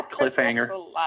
Cliffhanger